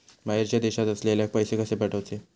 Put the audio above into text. बाहेरच्या देशात असलेल्याक पैसे कसे पाठवचे?